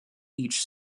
each